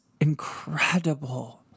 incredible